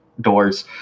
doors